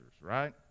right